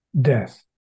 death